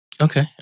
Okay